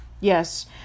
Yes